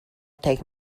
take